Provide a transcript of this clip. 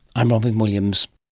i'm robyn williams